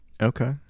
Okay